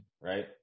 right